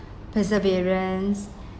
perseverance